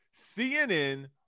CNN